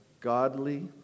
godly